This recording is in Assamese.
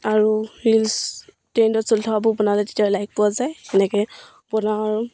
আৰু ৰিলচ ট্ৰেণ্ডত চলি থকাবোৰ বনালে তেতিয়া লাইক পোৱা যায় এনেকৈ বনাওঁ আৰু